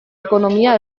ekonomia